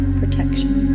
protection